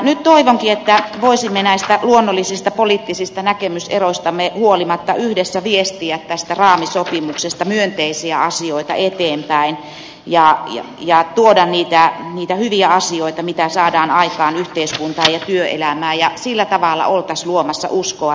nyt toivonkin että voisimme näistä luonnollisista poliittisista näkemyseroistamme huolimatta yhdessä viestiä tästä raamisopimuksesta myönteisiä asioita eteenpäin ja tuoda niitä hyviä asioita mitä saadaan aikaan yhteiskuntaan ja työelämään ja sillä tavalla oltaisiin luomassa uskoa tulevaisuuteen